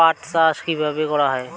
পাট চাষ কীভাবে করা হয়?